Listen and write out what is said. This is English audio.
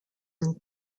and